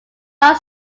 palo